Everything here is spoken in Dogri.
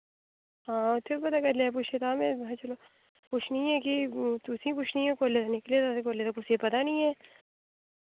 हां उत्थै बी पता करी लेआ पुच्छेआ तां में महां चलो पुच्छनी आं कि तुसें गी पुच्छनी आं कोल्ले दा निकले दा ते कोल्ले कुसै गी पता निं ऐ